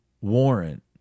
warrant